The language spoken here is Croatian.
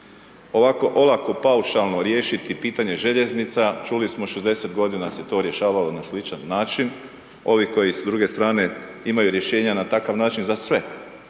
Ovako olako, paušalno riješiti pitanje željeznica, čuli smo, 60 godina se to rješavalo na sličan način, ovi koji s druge strane imaju rješenja na takav način za sve.